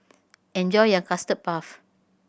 enjoy your Custard Puff